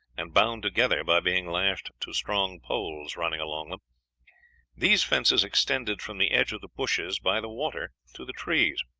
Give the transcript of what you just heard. and bound together by being lashed to strong poles running along these fences extended from the edge of the bushes by the water to the trees.